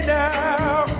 now